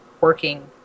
working